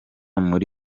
muri